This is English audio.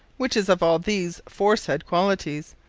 which is of all these fore-said qualities,